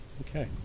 Okay